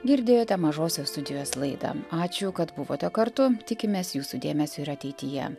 girdėjote mažosios studijos laidą ačiū kad buvote kartu tikimės jūsų dėmesio ir ateityje